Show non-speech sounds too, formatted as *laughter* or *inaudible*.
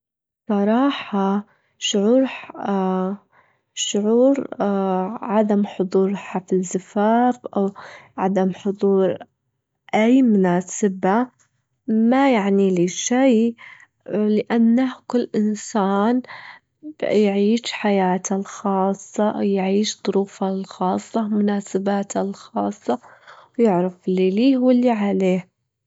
بصراحة شعور *hesitation* عدم حضور حفل زفاف أو عدم حضور أي مناسبة ما يعني لي شي، لإنه كل إنسان يعيش حياته الخاصة، يعيش ظروفه الخاصة، مناسباته الخاصة ويعرف اللي ليه واللي عليه.